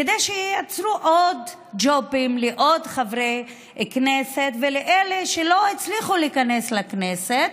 כדי שייצרו עוד ג'ובים לעוד חברי כנסת ולאלה שלא הצליחו להיכנס לכנסת,